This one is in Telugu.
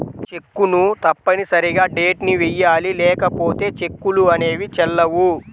చెక్కును తప్పనిసరిగా డేట్ ని వెయ్యాలి లేకపోతే చెక్కులు అనేవి చెల్లవు